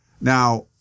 Now